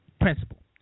principle